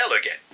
again